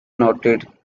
noted